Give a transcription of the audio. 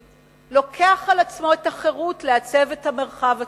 לוקח על עצמו את החירות לעצב את המרחב הציבורי.